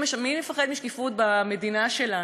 מי מפחד משקיפות במדינה שלנו?